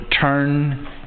turn